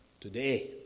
today